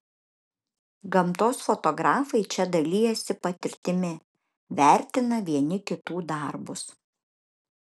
gamtos fotografai čia dalijasi patirtimi vertina vieni kitų darbus